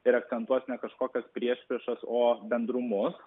ir akcentuos ne kažkokias priešpriešas o bendrumus